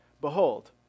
behold